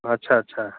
अच्छा अच्छा